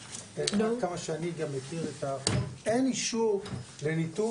כמה שאני גם מכיר את ה- אין אישור לניטור